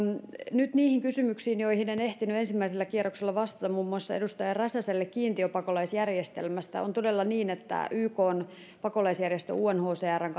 nyt niihin kysymyksiin joihin en ehtinyt ensimmäisellä kierroksella vastata muun muassa edustaja räsäselle kiintiöpakolaisjärjestelmästä on todella niin että ykn pakolaisjärjestö unhcrn